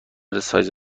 سایز